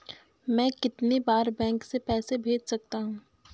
मैं कितनी बार बैंक से पैसे भेज सकता हूँ?